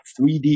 3D